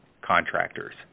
contractors